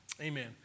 Amen